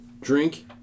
Drink